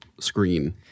screen